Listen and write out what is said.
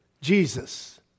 Jesus